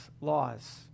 laws